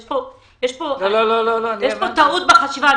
יש כאן טעות בחשיבה.